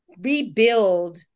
Rebuild